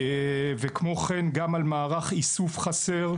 וכן על מערך איסוף חסר.